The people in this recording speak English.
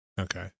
Okay